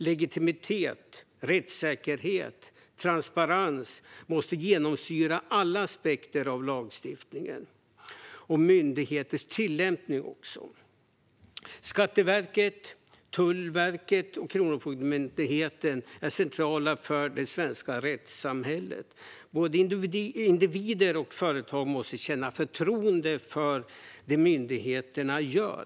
Legitimitet, rättssäkerhet och transparens måste genomsyra alla aspekter av lagstiftningen. Det gäller även myndigheternas tillämpning. Skatteverket, Tullverket och Kronofogdemyndigheten är centrala för det svenska rättssamhället. Både individer och företag måste känna förtroende för det myndigheterna gör.